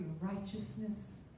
righteousness